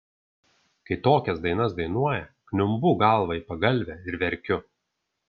kai tokias dainas dainuoja kniumbu galva į pagalvę ir verkiu